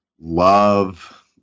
love